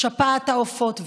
שפעת העופות ועוד,